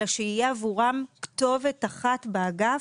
אלא שיהיה עבורם כתובת אחת באגף.